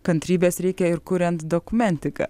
kantrybės reikia ir kuriant dokumentiką